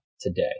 today